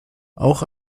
auch